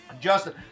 Justin